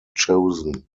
chosen